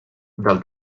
del